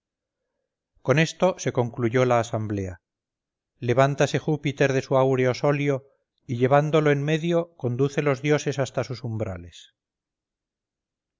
con esto se concluyó la asamblea levántase júpiter de su áureo solio y llevándolo en medio condúcenle los dioses hasta sus umbrales